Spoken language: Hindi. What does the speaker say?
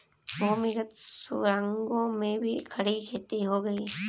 भूमिगत सुरंगों में भी खड़ी खेती की गई